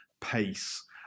pace